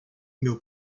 meu